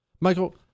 Michael